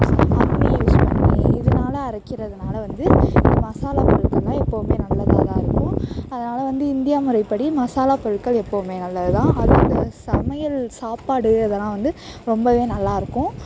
அம்மி யூஸ் பண்ணி இதனால அரைக்கிறதனால வந்து இந்த மசாலா பொருட்கள்லாம் எப்பவுமே நல்லதாதான் இருக்கும் அதனால வந்து இந்தியா முறைப்படி மசாலா பொருட்கள் எப்பவுமே நல்லதுதான் அதில் அந்த சமையல் சாப்பாடு அதெலாம் வந்து ரொம்பவே நல்லாயிருக்கும்